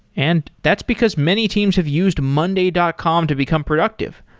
and that's because many teams have used monday dot com to become productive.